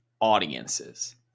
audiences